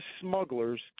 smugglers